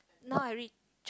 now I read